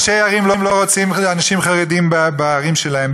ראשי ערים לא רוצים אנשים חרדיים בערים שלהם,